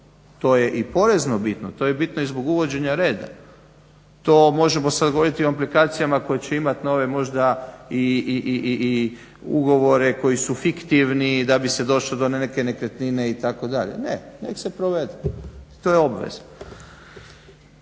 To je i porezno bitno, to je bitno i zbog uvođenja reda. To možemo sada govoriti o implikacijama koje će imati na ove možda i ugovore koji su fiktivni da bi se došlo do neke nekretnine itd., ne, neka se provede i to je obveza.